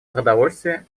продовольствие